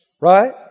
Right